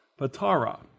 Patara